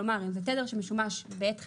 כלומר אם זה תדר שמשומש בעת חירום,